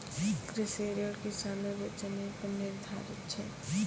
कृषि ऋण किसानो रो जमीन पर निर्धारित छै